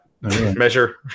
measure